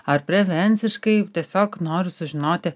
ar prevenciškai tiesiog noriu sužinoti